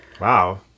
wow